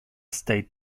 state